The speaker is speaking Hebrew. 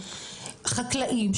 חקלאים,